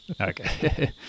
Okay